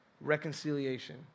reconciliation